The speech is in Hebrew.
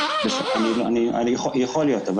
יכול להיות.